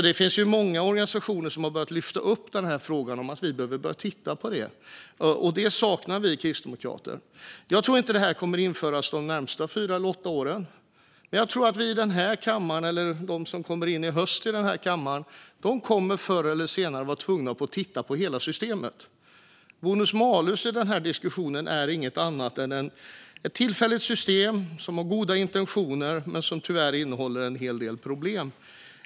Det finns många organisationer som har börjat att lyfta upp frågan om att vi behöver börja titta på det. Det saknar vi kristdemokrater. Jag tror inte att detta kommer att införas de närmaste fyra eller åtta åren. Men jag tror att vi i den här kammaren, eller de som kommer in i höst i kammaren, kommer att förr eller senare vara tvungna att titta på hela systemet. Bonus malus i den här diskussionen är inget annat än ett tillfälligt system som har goda intentioner men som tyvärr innehåller en hel del problem.